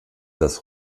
das